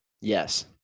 Yes